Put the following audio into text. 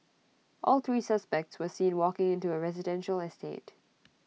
all three suspects were seen walking into A residential estate